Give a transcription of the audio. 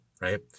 right